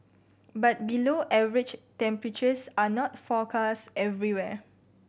but below average temperatures are not forecast everywhere